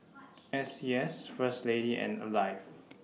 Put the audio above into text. S C S First Lady and Alive